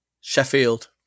Sheffield